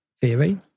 theory